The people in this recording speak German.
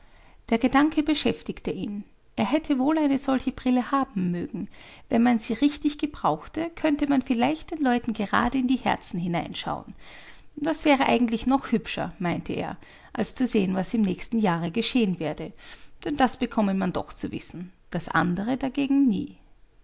der gedanke beschäftigte ihn er hätte wohl eine solche brille haben mögen wenn man sie richtig gebrauchte könnte man vielleicht den leuten gerade in die herzen hineinschauen das wäre eigentlich noch hübscher meinte er als zu sehen was im nächsten jahre geschehen werde denn das bekomme man doch zu wissen das andere dagegen nie